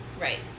Right